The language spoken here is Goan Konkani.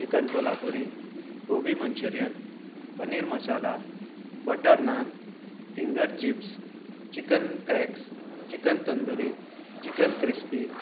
chicken Kolhapuri gobi Manchurian paneer masala butter naan finger chips chicken cracks chicken tandoori chicken crispy